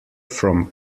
from